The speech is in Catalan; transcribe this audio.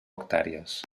hectàrees